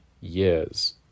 years